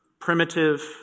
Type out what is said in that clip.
primitive